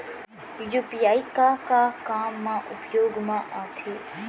UPI का का काम मा उपयोग मा आथे?